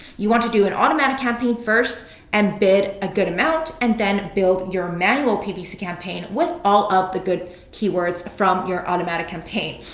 you want to do an automatic campaign first and bid a good amount, and then build your manual ppc campaign with all of the good keywords from your automatic campaign.